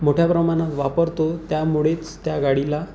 मोठ्या प्रमाणात वापरतो त्यामुळेच त्या गाडीला